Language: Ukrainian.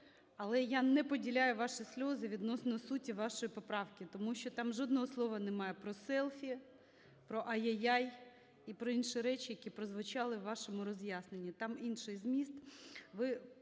але я не поділяю ваші сльози відносно суті вашої поправки. Тому що там жодного слова немає про селфі, про "ай-ай-ай" і про інші речі, які прозвучали в вашому роз'ясненні, там інший зміст.